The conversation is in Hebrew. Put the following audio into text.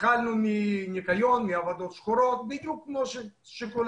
התחלנו מניקיון, מעבודות שחורות, בדיוק כמו כולם.